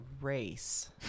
race